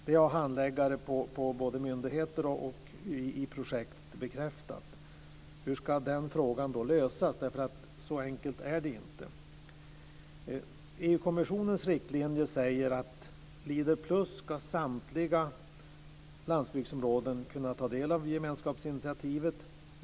Det har handläggare både på myndigheter och i projekt bekräftat. Hur ska den frågan då lösas? Det är inte så enkelt. EU-kommissionens riktlinjer säger att samtliga landsbygdsområden ska kunna ta del av gemenskapsinitiativet Leader-plus.